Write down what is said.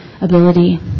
ability